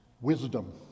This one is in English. wisdom